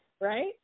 Right